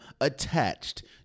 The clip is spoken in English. attached